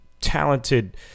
talented